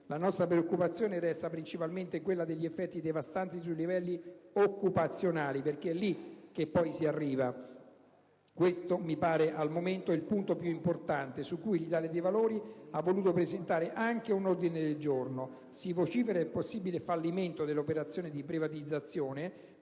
La nostra preoccupazione resta principalmente quella degli effetti devastanti sui livelli occupazionali. Questo mi pare al momento il punto più importante, su cui l'Italia dei Valori ha voluto presentare anche un ordine del giorno. Si vocifera il possibile fallimento dell'operazione di privatizzazione,